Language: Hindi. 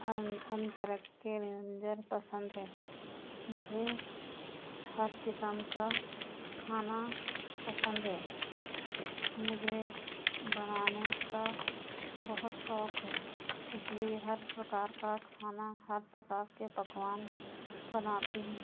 तरह के व्यंजन पसंद हैं मुझे हर किस्म का खाना पसंद है मुझे बनाने का बहुत शौक है इसलिए हर प्रकार का खाना हर प्रकार के पकवान बनाती हूँ